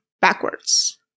backwards